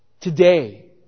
Today